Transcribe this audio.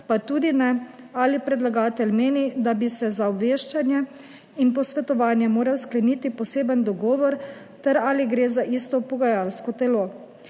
pa tudi ne, ali predlagatelj meni, da bi se za obveščanje in posvetovanje moral skleniti poseben dogovor ter ali gre za isto pogajalsko telo.